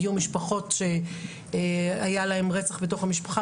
הגיעו משפחות שהיה להן רצח בתוך המשפחה,